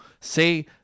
say